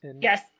Yes